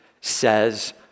says